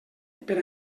per